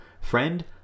friend